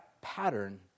pattern